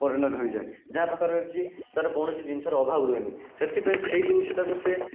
ପରିଣତ ହୋଇଯାଏ ଯାହାପାଖରେ କି ତାର କୋଣସି ଜିନିଷର ଅଭାବ ରୁହେନି ସେଥିପାଇଁ ସେହି ଜିନିଷଟାକୁ ସେ